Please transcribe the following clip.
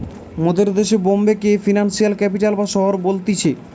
মোদের দেশে বোম্বে কে ফিনান্সিয়াল ক্যাপিটাল বা শহর বলতিছে